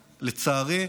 לצערי,